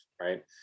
right